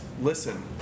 listen